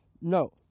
no